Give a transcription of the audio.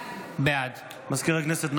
בעד מזכיר הכנסת,